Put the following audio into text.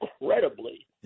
incredibly